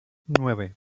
nueve